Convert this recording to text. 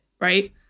right